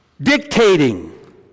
dictating